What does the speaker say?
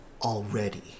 already